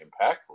impactful